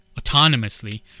autonomously